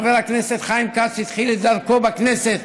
חבר הכנסת חיים כץ התחיל את דרכו בכנסת